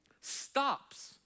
stops